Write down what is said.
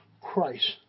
Christ